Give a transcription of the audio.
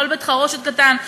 כל בית-חרושת קטן,